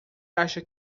acha